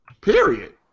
Period